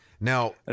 Now